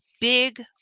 big